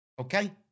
okay